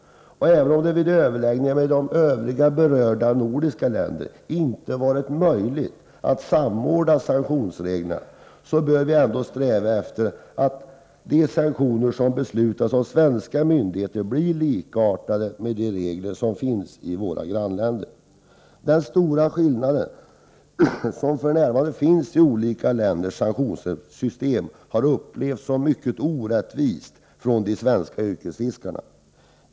Även om det vid överläggninger med övriga berörda nordiska länder inte har varit möjligt att samordna sanktionsreglerna, bör vi ändå sträva efter att de sanktioner som beslutas av svenska myndigheter blir likartade med de regler som finns i våra grannländer. De stora skillnader som f.n. finns mellan olika länders sanktionssystem har upplevts såsom mycket orättvisa av de svenska yrkesfiskarna.